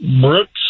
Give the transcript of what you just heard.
Brooks